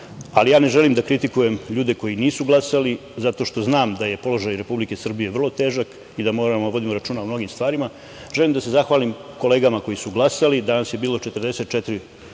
ali ne želim da kritikujem ljude koji nisu glasali zato što znam da je položaj Republike Srbije vrlo težak i da moramo da vodimo računa o mnogim stvarima. Želim da se zahvalim kolegama koje su glasale. Danas je glasalo 44